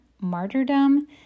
martyrdom